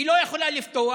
היא לא יכולה לפתוח.